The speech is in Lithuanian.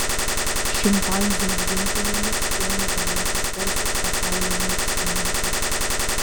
šimpanzių augintinėmis ėmė domėtis garsūs pasaulio mokslininkai